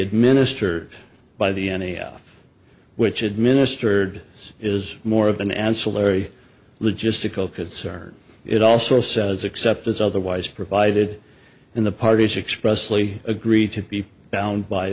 administered by the ne alf which administered is more of an ancillary logistical concern it also says except as otherwise provided in the parties expressly agree to be bound by